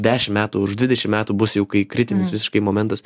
dešim metų už dvidešim metų bus jau kai kritinis visiškai momentas